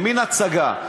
במין הצגה,